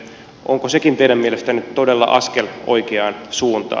onko sekin teidän mielestänne todella askel oikeaan suuntaan